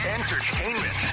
Entertainment